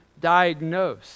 diagnose